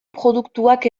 produktuak